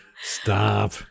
stop